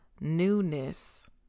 newness